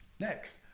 Next